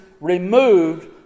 removed